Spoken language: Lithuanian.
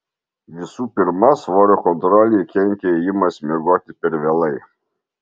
visų pirma svorio kontrolei kenkia ėjimas miegoti per vėlai